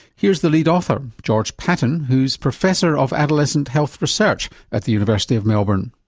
here's the lead author, george patton who's professor of adolescent health research at the university of melbourne.